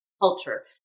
culture